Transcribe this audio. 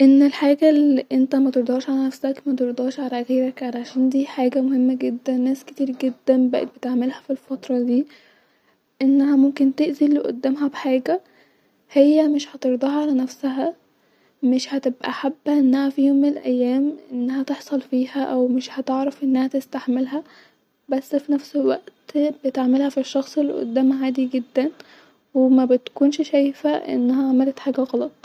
ان الحاجه الي انت مترضهاش علي نفسك مترضهاش علي غيرك-عشان دي حاجه مهمه جدا-ناس كتير جدا بقت بتعملها في الفتره دي-انها ممكن تأذي الي قدامها بحاجه-هي مش هترضاها علي نفسها-مش هتبقي حبه انها في يوم من الايام انها تحصل فيها-او مش هتعرف-انها تستحملها-بس في نفس الوقت بتعملهت في الشخص الي قدامها عادي جدا ومبتكونش شايفه انها عملت حاجه غلط